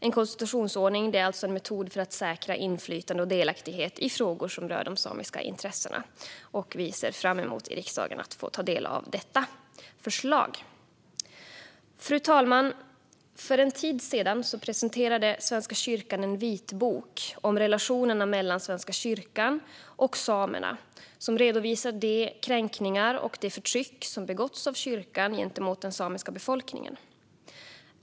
En konsultationsordning är en metod för att säkra inflytande och delaktighet i frågor som rör de samiska intressena. Vi ser fram emot att få ta del av detta förslag i riksdagen. Fru talman! För en tid sedan presenterade Svenska kyrkan en vitbok om relationerna mellan Svenska kyrkan och samerna som redovisar de kränkningar och det förtryck som begåtts av kyrkan gentemot den samiska befolkningen.